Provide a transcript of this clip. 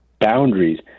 boundaries